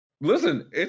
listen